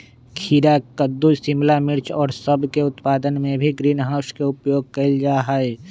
खीरा कद्दू शिमला मिर्च और सब के उत्पादन में भी ग्रीन हाउस के उपयोग कइल जाहई